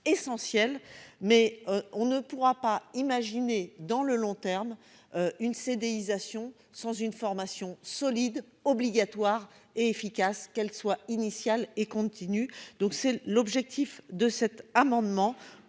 mais on ne pourra pas imaginer dans le long terme. Une CDI sation sans une formation solide obligatoire et efficace, qu'elle soit initiale et continue, donc c'est l'objectif de cet amendement